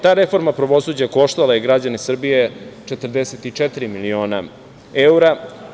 Ta reforma pravosuđa koštala je građane Srbije 44 miliona evra.